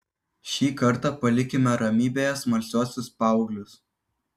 šį kartą palikime ramybėje smalsiuosius paauglius